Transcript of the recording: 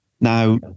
Now